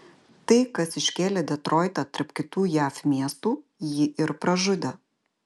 tai kas iškėlė detroitą tarp kitų jav miestų jį ir pražudė